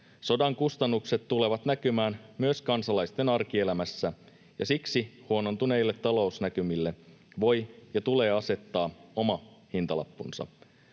Sodan kustannukset tulevat näkymään myös kansalaisten arkielämässä, ja siksi huonontuneille talousnäkymille voi ja tulee asettaa oma hintalappunsa.